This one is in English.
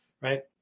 Right